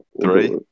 three